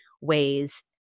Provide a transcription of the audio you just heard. ways